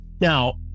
Now